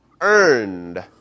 earned